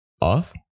off